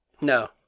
No